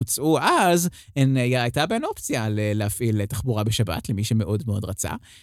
ואז הן הייתה בהן אופציה להפעיל תחבורה בשבת למי שמאוד מאוד רצה.